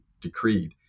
decreed